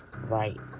right